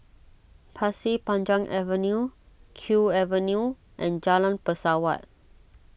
Pasir Panjang Avenue Kew Avenue and Jalan Pesawat